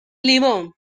limón